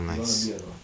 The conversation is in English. you want a bit or not